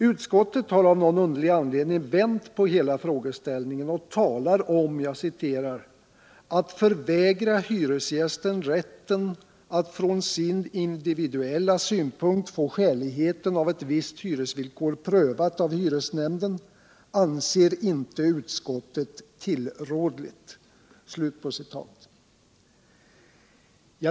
Utskottet har av någon underlig anledning vänt på hela frågeställningen och talar om ”att förvägra hyresgästen rätten att från sin individuella synpunkt få skäligheten av ett visst hyresvillkor prövat av hyresnämnden anser inte utskottet tillrådligt”.